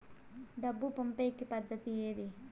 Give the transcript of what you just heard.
డబ్బు పంపేకి పద్దతి ఏది